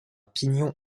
pignon